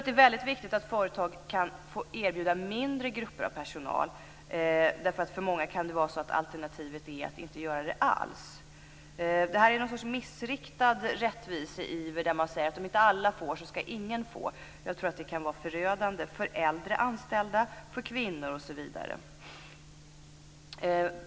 Det är väldigt viktigt att företag har möjlighet att erbjuda datoranvändning till mindre grupper av personal, därför att för många företag kan alternativet vara att inte erbjuda datoranvändning alls. Det är någon sorts missriktad rättviseiver att säga att om inte alla får, skall ingen få. Jag tror att det kan vara förödande för äldre anställda, för kvinnor osv.